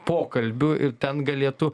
pokalbių ir ten galėtų